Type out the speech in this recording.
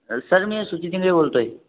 sir मी सुजित इंगळे बोलत आहे